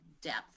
depth